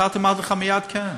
ביתר, אמרתי לך מייד כן.